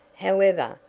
however,